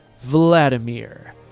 Vladimir